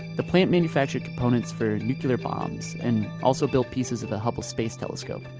the plant manufactured components for nuclear bombs and also built pieces of the hubble space telescope.